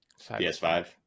PS5